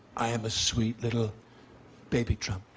i am a sweet little baby trump.